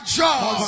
job